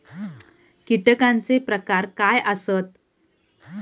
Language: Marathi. कीटकांचे प्रकार काय आसत?